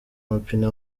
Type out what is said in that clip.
amapine